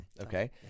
Okay